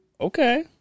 okay